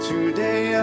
Today